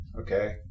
Okay